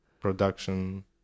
production